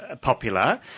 popular